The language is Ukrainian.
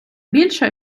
більше